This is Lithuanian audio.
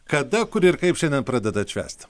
kada kur ir kaip šiandien pradedat švęst